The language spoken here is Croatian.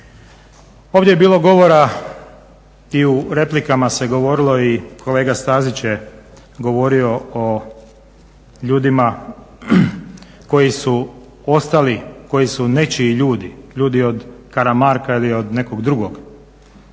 ovdje je bilo govora i u replikama se govorilo i kolega Stazić je govorio o ljudima koji su ostali, koji su nečiji ljudi, ljudi o Karamarka ili od nekog drugog